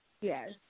Yes